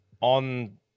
on